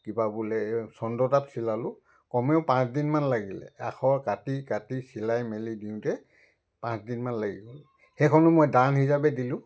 কিবা বোলে চন্দ্ৰতাপ চিলালোঁ কমেও পাঁচদিনমান লাগিলে আখৰ কাটি কাটি চিলাই মেলি দিওঁতে পাঁচদিনমান লাগি গ'ল সেইখনো মই দান হিচাপে দিলোঁ